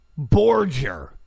Borger